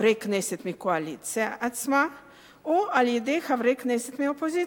חברי כנסת מהקואליציה עצמה או על-ידי חברי כנסת מהאופוזיציה.